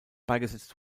beigesetzt